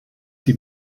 die